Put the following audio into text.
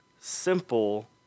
simple